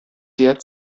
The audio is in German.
der